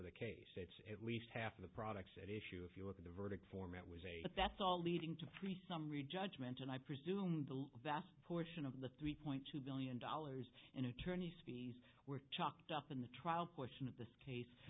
of the case it's at least half of the products at issue if you look at the verdict form it was a that's all leading to me some read judgment and i presume the vast portion of the three point two billion dollars and attorney's fees were chalked up in the trial question of this case